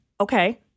Okay